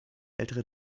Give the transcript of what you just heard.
ältere